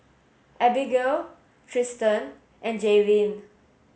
Abigail Tristen and Jaylene